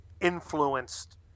influenced